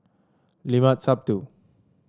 Limat Sabtu